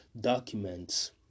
documents